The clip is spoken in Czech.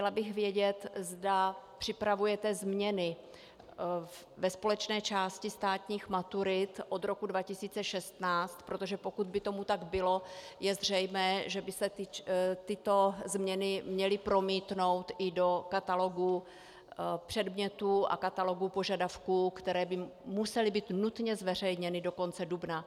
Chtěla bych vědět, zda připravujete změny ve společné části státních maturit od roku 2016, protože pokud by tomu tak bylo, je zřejmé, že by se tyto změny měly promítnout i do katalogu předmětů a katalogu požadavků, které by musely být nutně zveřejněny do konce dubna.